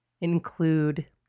include